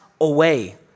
away